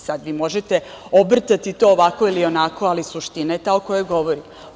Sad, vi možete obrtati to ovako ili onako, ali suština je ta o kojoj govorim.